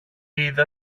είδα